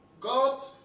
God